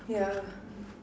ya